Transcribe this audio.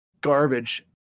Garbage